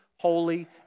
holy